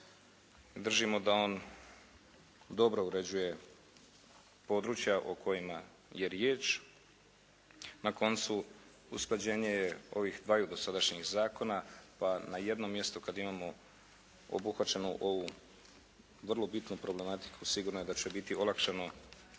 držimo da on dobro uređuje područja o kojima je riječ, na koncu usklađenje je ovih dvaju dosadašnjih zakona pa na jednom mjestu kad imamo obuhvaćenu ovu vrlo bitnu problematiku sigurno je da će biti olakšano